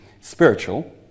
spiritual